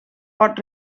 pot